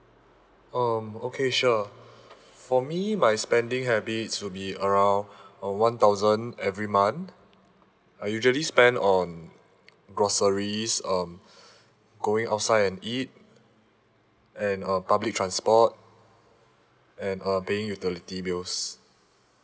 um okay sure for me my spending habits will be around uh one thousand every month I usually spend on groceries um going outside and eat and uh public transport and um paying utility bills